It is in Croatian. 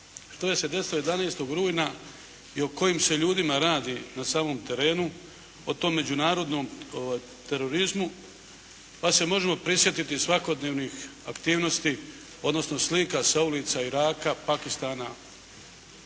što je se desilo 11. rujna i o kojim se ljudima radi na samom terenu, o tom međunarodnom terorizmu, pa se možemo prisjetiti svakodnevnih aktivnosti odnosno slika sa ulica Iraka, Pakistana,